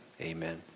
amen